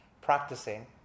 practicing